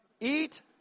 eat